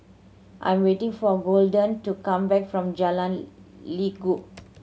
I'm waiting for Golden to come back from Jalan Lekub